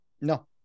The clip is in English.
No